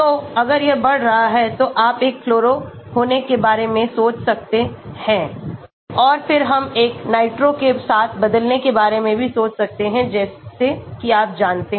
तो अगर यह बढ़ रहा है तो आप एक fluoro होने के बारे में सोच सकते हैं और फिर हम एक नाइट्रो के साथ बदलने के बारे में भी सोच सकते हैं जैसे कि आप जानते हैं